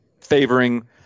favoring